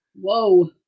Whoa